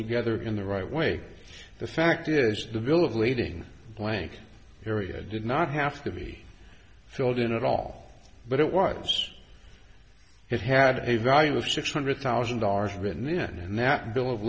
together in the right way the fact is the bill of lading blank area did not have to be filled in at all but it was it had a value of six hundred thousand dollars written then and that bill of